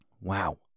wow